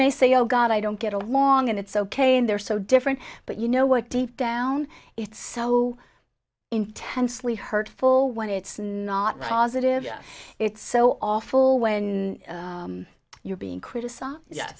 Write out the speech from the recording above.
may say oh god i don't get along and it's ok and they're so different but you know what deep down it's so intensely hurtful when it's not positive it's so awful when you're being criticized ye